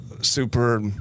super